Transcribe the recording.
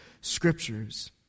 scriptures